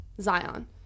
Zion